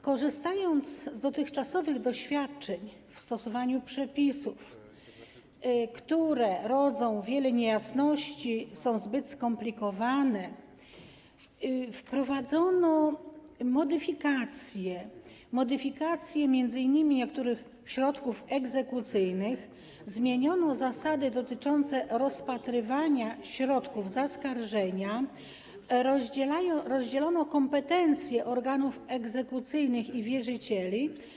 Korzystając z dotychczasowych doświadczeń w stosowaniu przepisów, które rodzą wiele niejasności, są zbyt skomplikowane, wprowadzono modyfikacje m.in. niektórych środków egzekucyjnych, zmieniono zasady dotyczące rozpatrywania środków zaskarżenia, rozdzielono kompetencje organów egzekucyjnych i wierzycieli.